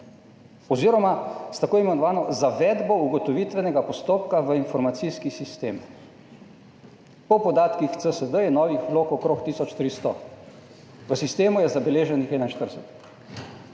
oziroma s tako imenovano zavedbo ugotovitvenega postopka v informacijski sistem. Po podatkih CSD je novih vlog okrog 1.300. V sistemu je zabeleženih 41.